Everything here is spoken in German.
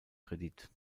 kredit